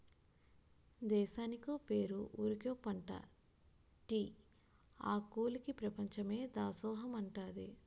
దేశానికో పేరు ఊరికో పంటా టీ ఆకులికి పెపంచమే దాసోహమంటాదే